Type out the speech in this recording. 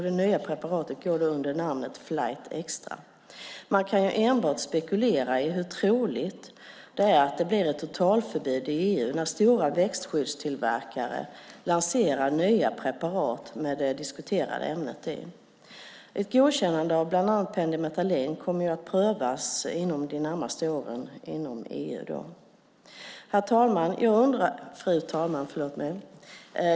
Det nya preparatet går under namnet Flight Xtra. Man kan enbart spekulera i hur troligt det är att det blir ett totalförbud i EU när stora växtskyddstillverkare lanserar nya preparat med det diskuterade ämnet i. Ett godkännande av bland annat pendimetalin kommer att prövas inom EU inom närmaste åren. Fru talman!